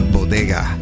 Bodega